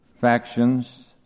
factions